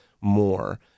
more